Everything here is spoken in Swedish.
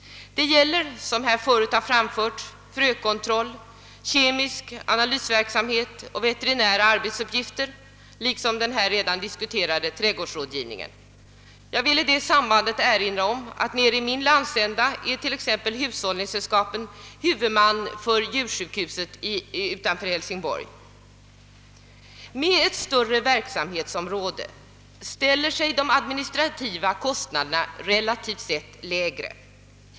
Det gäller, som här förut framförts, frökontroll, kemisk analysverksamhet och veterinära arbetsuppgifter, liksom den här redan diskuterade trädgårdsrådgivningen. Jag vill i det sammanhanget erinra om att i min landsända är hushållningssällskapet huvudman för djursjukhuset utanför Hälsingborg. Med ett större verksamhetsområde ställer sig de administrativa kostnaderna relativt sett lägre.